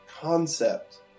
concept